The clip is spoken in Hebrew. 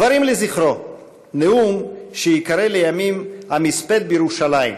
דברים לזכרו נאום שייקרא לימים "המספד בירושלים".